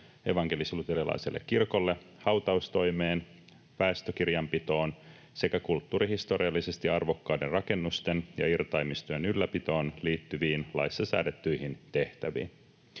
evankelis-luterilaiselle kirkolle hautaustoimeen, väestökirjanpitoon sekä kulttuurihistoriallisesti arvokkaiden rakennusten ja irtaimistojen ylläpitoon liittyviin, laissa säädettyihin tehtäviin.